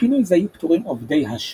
מפינוי זה יהיו פטורים עובדי ה"שופים",